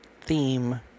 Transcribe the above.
theme